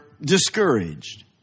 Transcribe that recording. discouraged